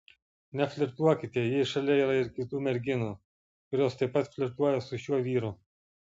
neflirtuokite jei šalia yra ir kitų merginų kurios taip pat flirtuoja su šiuo vyru